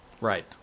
right